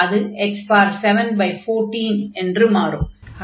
அது x714 என்று மாறும்